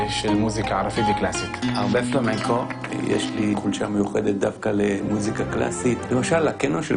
ההופעות נפתחו בהסבר קטן למה חשוב בעצם גם להנגיש את